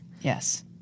Yes